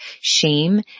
shame